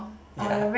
ya